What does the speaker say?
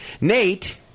Nate